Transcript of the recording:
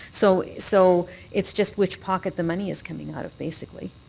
so so it's just which pocket the money is coming out of, basically.